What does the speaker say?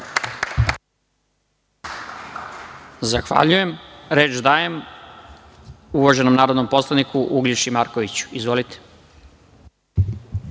Zahvaljujem. Reč dajem uvaženom narodnom poslaniku Uglješi Markoviću. Izvolite.